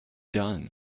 done